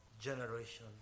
generation